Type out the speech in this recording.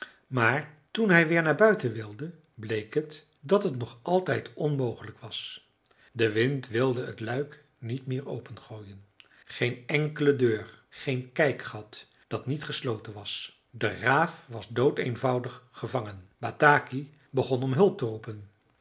maar toen hij weer naar buiten wilde bleek het dat het nog altijd onmogelijk was de wind wilde het luik niet meer opengooien geen enkele deur geen kijkgat dat niet gesloten was de raaf was doodeenvoudig gevangen bataki begon om hulp te roepen